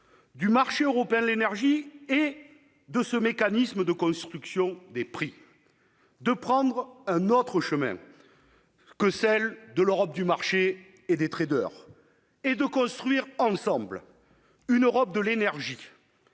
du marché européen de l'énergie et de ce mécanisme de construction des prix, de prendre un autre chemin que celui de l'Europe du marché et des. Nous voulons construire ensemble une Europe de l'énergie